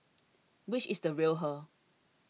which is the real her